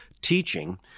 teaching